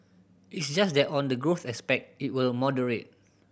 it's just that on the growth aspect it will moderate